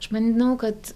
aš manau kad